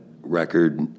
record